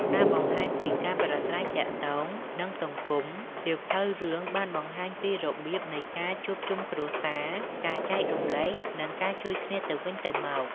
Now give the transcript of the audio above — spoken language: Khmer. ការបង្ហាញពីការប្រាស្រ័យទាក់ទង និងសង្គមសៀវភៅរឿងបានបង្ហាញពីរបៀបនៃការ ជួបជុំគ្រួសារ ការចែករំលែក និងការជួយគ្នាទៅវិញទៅមក។